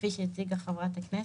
כפי שהציגה חברת הכנסת.